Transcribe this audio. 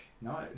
no